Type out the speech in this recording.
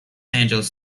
angeles